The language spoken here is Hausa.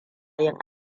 yin